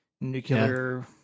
nuclear